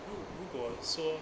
wu~ 如果说